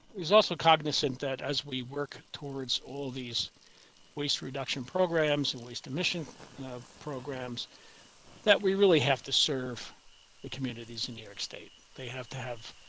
is also cognizant that, as we work towards all of these waste reduction programs and waste emission programs that we really have to serve. the communities in new york state, they have to have.